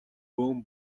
бөөн